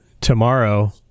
tomorrow